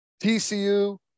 TCU